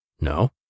No